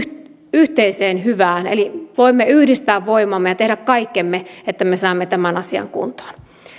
yhteiseen hyvään eli voimme yhdistää voimamme ja tehdä kaikkemme että me saamme tämän asian kuntoon